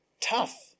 tough